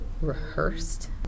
rehearsed